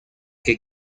que